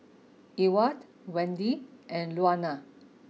Ewart Wende and Luana